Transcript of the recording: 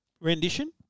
rendition